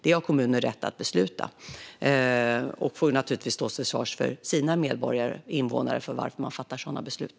Det har kommuner rätt att besluta, och de får naturligtvis stå till svars inför sina invånare för varför de fattar sådana beslut.